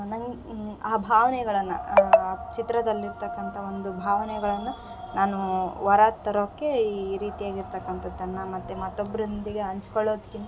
ನಂಗೆ ಆ ಭಾವನೆಗಳನ್ನು ಚಿತ್ರದಲ್ಲಿರ್ತಕ್ಕಂಥ ಒಂದು ಭಾವನೆಗಳನ್ನು ನಾನು ಹೊರತರೋಕೆ ಈ ರೀತಿಯಾಗಿರ್ತಕಂಥದನ್ನ ಮತ್ತು ಮತ್ತೊಬ್ರೊಂದಿಗೆ ಹಂಚ್ಕೊಳೊದ್ಕಿಂತ